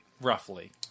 Roughly